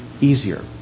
easier